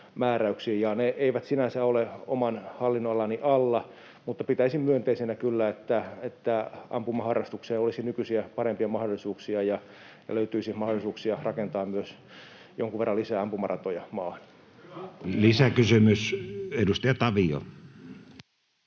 Ne eivät sinänsä ole oman hallinnonalani alla, mutta pitäisin myönteisenä kyllä, että ampumaharrastukseen olisi nykyistä parempia mahdollisuuksia ja löytyisi mahdollisuuksia rakentaa myös jonkun verran lisää ampumaratoja maahan. [Sebastian